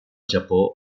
japó